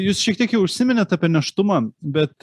jūs šiek tiek jau užsiminėte apie nėštumą bet